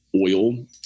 oil